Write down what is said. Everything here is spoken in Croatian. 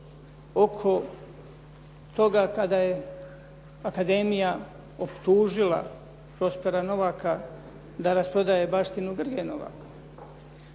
oko toga kada je akademija optužila Prospera Novaka da rasprodaje baštinu Grgenova.